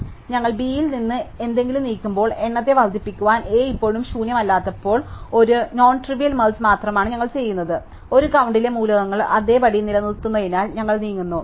അതിനാൽ ഞങ്ങൾ Bയിൽ നിന്ന് എന്തെങ്കിലും നീക്കുമ്പോൾ എണ്ണത്തെ വർദ്ധിപ്പിക്കാൻ A ഇപ്പോഴും ശൂന്യമല്ലാത്തപ്പോൾ ഒരു നോൺട്രിവിയൽ മെർജ് മാത്രമാണ് ഞങ്ങൾ ചെയ്യുന്നത് ഒരു കൌണ്ടിലെ മൂലകങ്ങൾ അതേപടി നിലനിൽക്കുന്നതിനാൽ ഞങ്ങൾ നീങ്ങുന്നു